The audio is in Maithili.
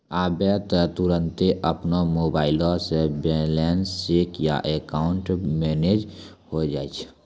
आबै त तुरन्ते अपनो मोबाइलो से बैलेंस चेक या अकाउंट मैनेज होय जाय छै